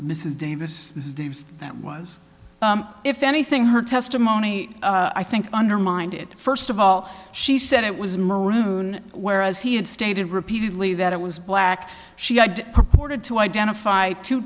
mrs davis that was if anything her testimony i think undermined it first of all she said it was maroon whereas he had stated repeatedly that it was black she had purported to identify two